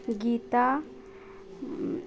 Gita